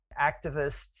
activists